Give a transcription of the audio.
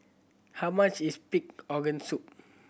how much is pig organ soup